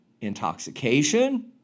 intoxication